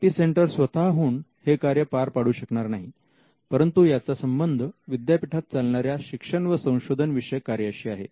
I P centre स्वतःहून हे कार्य पार पाडू शकणार नाही परंतु याचा संबंध विद्यापीठात चालणाऱ्या शिक्षण व संशोधन विषयक कार्याशी आहे